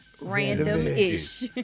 Random-ish